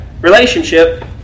relationship